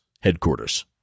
Headquarters